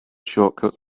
shortcuts